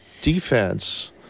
defense